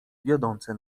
wiodące